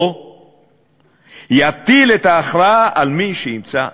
או יטיל את ההכרעה על מי שימצא לנכון.